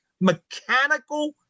mechanical